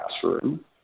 classroom